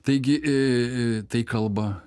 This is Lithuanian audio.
taigi i tai kalba